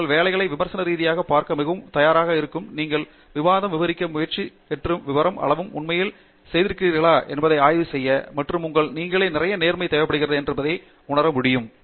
உங்கள் வேலையை விமர்சன ரீதியாக பார்க்க மிகவும் தயாராக இருக்கும் நீங்கள் உங்கள் விவாதம் விவரிக்க முயற்சி என்று விவரம் அளவு உண்மையில் செய்திருக்கிறீர்களா என்பதை ஆய்வு செய்ய மற்றும் உங்கள் நீங்களே நிறைய நேர்மை தேவைப்படுகிறது உங்கள் இருக்க வேண்டும் உடனடி குழு